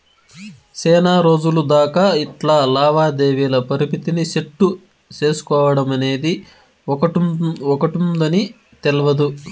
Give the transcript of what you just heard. సేనారోజులు దాకా ఇట్లా లావాదేవీల పరిమితిని సెట్టు సేసుకోడమనేది ఒకటుందని తెల్వదు